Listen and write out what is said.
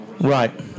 Right